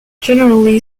generally